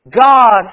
God